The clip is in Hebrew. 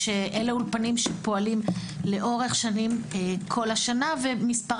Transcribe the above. האולפנים שפועלים לאורך שנים כל השנה ומספר